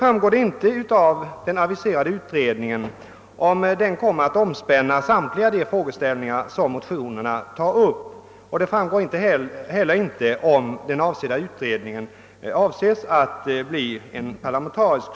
Mén det framgår inte om den aviserade utredningen kommer att omspänna samtliga de frågeställningar som tas upp i motionerna och inte heller om avsikten är att utredningen skall bli parlamentarisk.